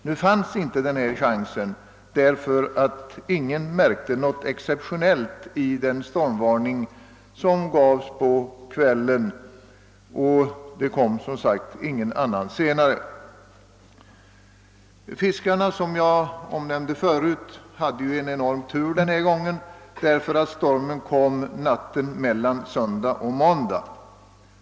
Den chansen fanns inte, eftersom ingen märkte någonting exceptionellt i den stormvarning som gavs på kvällen. Som jag tidigare nämnde hade fiskarna en enorm tur vid detta tillfälle genom att stormen kom natten mellan söndag och måndag.